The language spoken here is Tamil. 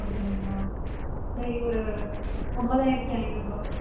அப்படிங்களா சரி ஒரு ஒன்பதாயிரத்தி ஐந்நூறுரூபா கொடுங்க